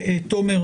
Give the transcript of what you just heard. מוסקוביץ,